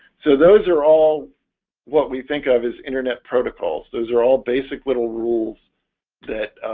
so those are all what we think of as internet protocols those are all basic little rules that